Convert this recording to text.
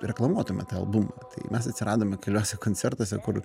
reklamuotume tą albumą tai mes atsiradome keliuose koncertuose kur